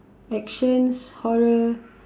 actions horror